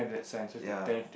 ya